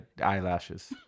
Eyelashes